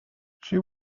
she